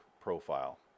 profile